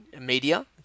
media